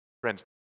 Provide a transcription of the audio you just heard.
Friends